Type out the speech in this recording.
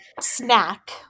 Snack